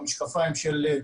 את המשפחה שלהם,